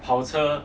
/跑车\